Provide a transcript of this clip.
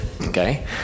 okay